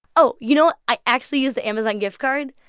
oh, you know, i actually used the amazon gift card.